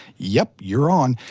yep, you're on.